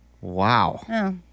Wow